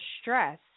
stress